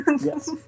Yes